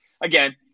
again